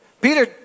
Peter